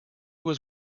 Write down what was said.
was